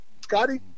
scotty